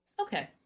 Okay